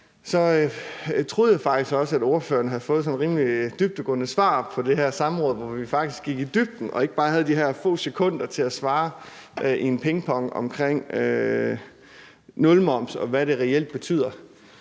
Jeg troede faktisk, at spørgeren havde fået sådan rimelig dybdegående svar på samrådet, hvor vi faktisk gik i dybden med det og ikke bare havde de her få sekunder til at svare i en pingpong i forhold til nulmoms, og hvad det reelt betyder.